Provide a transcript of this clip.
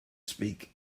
speak